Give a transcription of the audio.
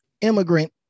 immigrant